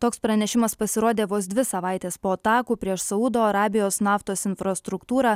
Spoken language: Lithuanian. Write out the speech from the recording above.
toks pranešimas pasirodė vos dvi savaitės po atakų prieš saudo arabijos naftos infrastruktūrą